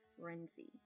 frenzy